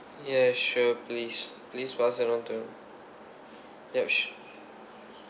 yeah sure please please pass it on to him yes